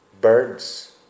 birds